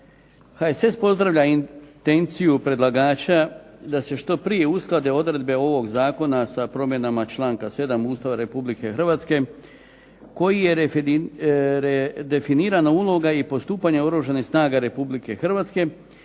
HSS pozdravlja intenciju predlagača da se što prije usklade odredbe ovog zakona sa promjenama članka 7. Ustava Republike Hrvatske, koji je redefinirana uloga i postupanja Oružanih snaga Republike Hrvatske,